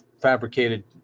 fabricated